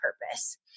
purpose